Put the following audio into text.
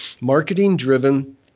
marketing-driven